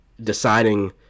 deciding